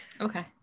Okay